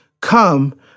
come